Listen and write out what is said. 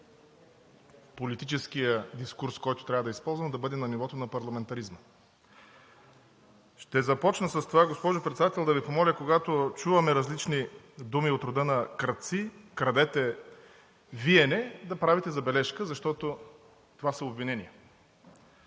политическия дискурс, който трябва да използвам, да бъде на нивото на парламентаризма. Ще започна с това, госпожо Председател, да Ви помоля, когато чуваме различни думи от рода на: „крадци“, „крадете – Вие не“, да правите забележка, защото това са обвинения.